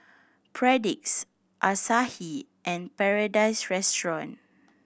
Perdix Asahi and Paradise Restaurant